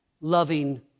loving